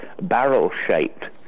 barrel-shaped